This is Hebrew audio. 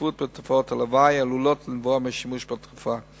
התחשבות בתופעות הלוואי העלולות לנבוע מהשימוש בתרופה.